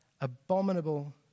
abominable